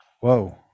Whoa